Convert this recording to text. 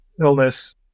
illness